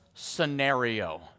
scenario